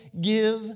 give